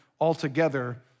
altogether